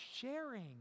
sharing